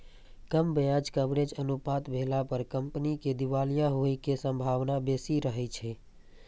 कम ब्याज कवरेज अनुपात भेला पर कंपनी के दिवालिया होइ के संभावना बेसी रहै छै